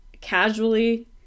casually